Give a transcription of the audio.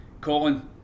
Colin